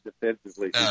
defensively